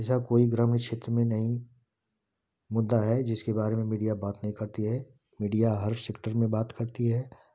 ऐसा कोई ग्रामीण क्षेत्र में नहीं होता है जिसके बारे में मीडिया बात नहीं करती है मीडिया हर सेक्टर में बात करती है